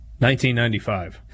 1995